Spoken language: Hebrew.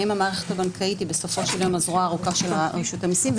האם המערכת הבנקאית היא בסופו של יום הזרוע הארוכה של רשות המסים?